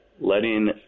letting